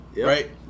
Right